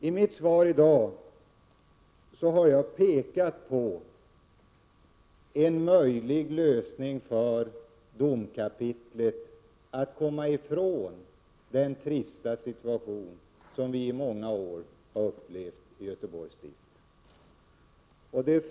I mitt svar i dag har jag pekat på en möjlig utväg för domkapitlet att komma ifrån den trista situation som i många år har rått i Göteborgs stift.